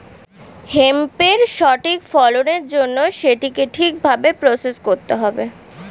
হেম্পের সঠিক ফলনের জন্য সেটিকে ঠিক ভাবে প্রসেস করতে হবে